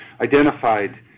identified